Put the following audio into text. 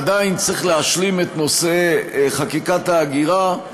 עדיין צריך להשלים את נושא חקיקת ההגירה.